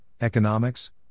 economics